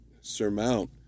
surmount